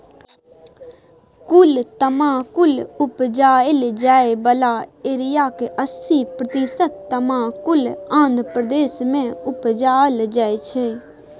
कुल तमाकुल उपजाएल जाइ बला एरियाक अस्सी प्रतिशत तमाकुल आंध्र प्रदेश मे उपजाएल जाइ छै